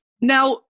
Now